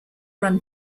run